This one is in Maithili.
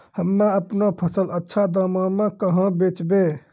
हम्मे आपनौ फसल अच्छा दामों मे कहाँ बेचबै?